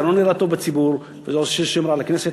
זה לא נראה טוב בציבור ועושה שם רע לכנסת,